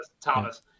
Thomas